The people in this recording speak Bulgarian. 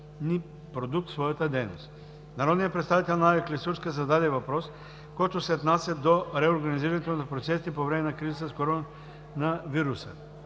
продукти в своята дейност. Народният представител Надя Клисурска зададе въпрос, който се отнася до реорганизирането на процесите по време на кризата с коронавируса: